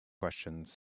questions